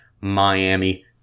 Miami